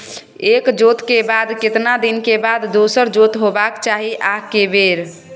एक जोत के बाद केतना दिन के बाद दोसर जोत होबाक चाही आ के बेर?